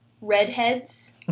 redheads